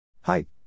Height